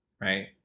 right